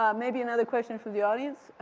um maybe another question for the audience?